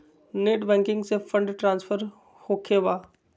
Net banking से fund transfer होखें बा?